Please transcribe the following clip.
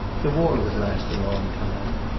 the war would last a long time.